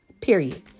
Period